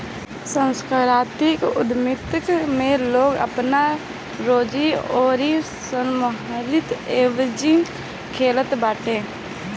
सांस्कृतिक उद्यमिता में लोग आपन रोजगार अउरी सामूहिक एजेंजी खोलत बाटे